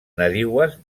nadiues